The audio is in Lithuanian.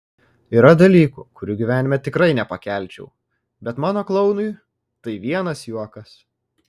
yra dalykų kurių gyvenime tikrai nepakelčiau bet mano klounui tai vienas juokas